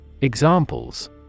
Examples